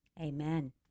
amen